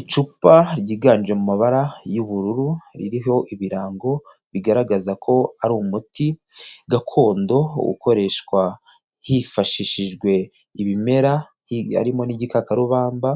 Icupa ryiganje mu mabara y'ubururu ririho ibirango bigaragaza ko ari umuti gakondo ukoreshwa hifashishijwe ibimera hi harimo n'igikakarubamba